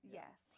yes